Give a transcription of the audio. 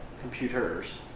computers